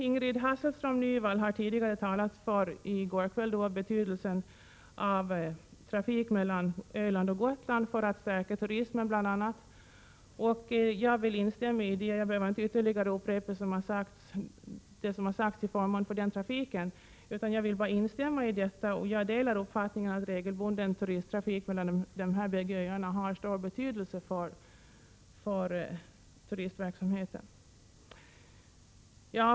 Ingrid Hasselström Nyvall talade i går kväll om det betydelsefulla i att trafik finns mellan Öland och Gotland för att bl.a. stärka turismen. Jag behöver inte upprepa vad som sagts till förmån för den trafiken utan vill instämma i vad hon sade. Jag delar uppfattningen att regelbunden turisttrafik mellan de båda öarna skulle ha stor betydelse för turistverksamheten.